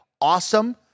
awesome